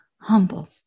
humble